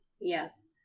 Yes